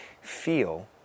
feel